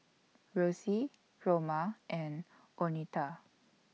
Rosy Roma and Oneta